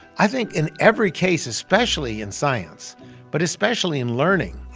i think in every case, especially in science but especially in learning,